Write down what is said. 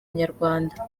nyarwanda